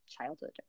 childhood